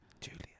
Julia